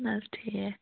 اَہَن حظ ٹھیٖک